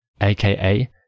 aka